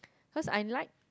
cause I like